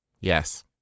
Yes